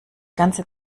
ganze